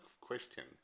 question